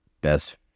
Best